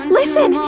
listen